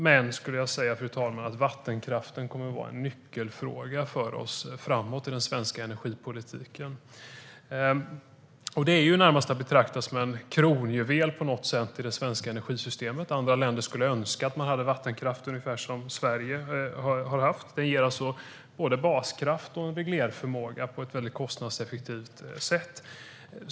Men vattenkraften, fru talman, kommer att vara en nyckelfråga framåt i den svenska energipolitiken. Vattenkraft är närmast att betrakta som en kronjuvel i det svenska energisystemet. Andra länder önskar att de har vattenkraft i den omfattning som Sverige har haft. Den ger både baskraft och reglerförmåga på ett kostnadseffektivt sätt.